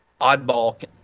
oddball